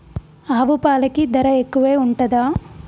ఆవు పాలకి ధర ఎక్కువే ఉంటదా?